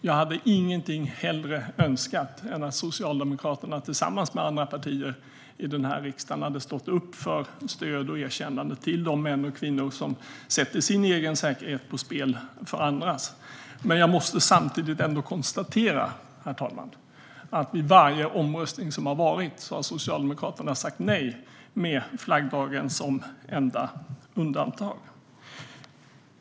Jag hade ingenting hellre önskat än att Socialdemokraterna tillsammans med andra partier i riksdagen hade stått upp för stöd och erkännande till de män och kvinnor som sätter sin egen säkerhet på spel för andras. Men jag måste ändå konstatera, herr talman, att vid varje omröstning som har varit har Socialdemokraterna sagt nej, med flaggdagen som enda undantag.